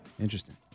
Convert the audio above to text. Interesting